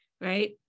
right